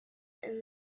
and